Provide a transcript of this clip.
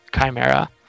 Chimera